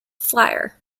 flier